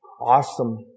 awesome